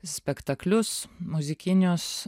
spektaklius muzikinius